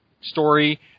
story